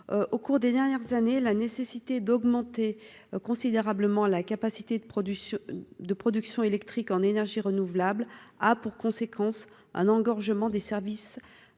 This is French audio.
au cours des dernières années, la nécessité d'augmenter considérablement la capacité de production de production électrique en énergie renouvelable a pour conséquence un engorgement des services